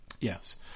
yes